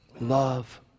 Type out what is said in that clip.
love